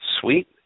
sweet